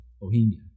Bohemia